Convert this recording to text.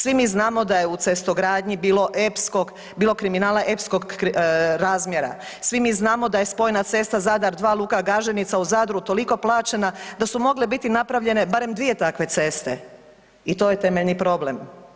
Svi mi znamo da je u cestogradnji bilo kriminala epskog razmjera, svi mi znamo da je spojna cesta Zadar 2-Luka Gaženica toliko plaćena da su mogle biti napravljene barem dvije takve ceste i to je temeljni problem.